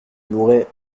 muret